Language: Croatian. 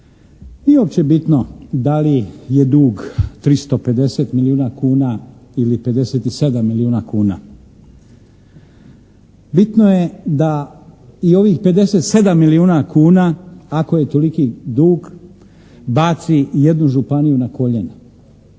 uopće bitno da li je dug 350 milijuna kuna ili 57 milijuna kuna. Bitno je da i ovih 57 milijuna kuna ako je toliki dug baci jednu županiju na koljena.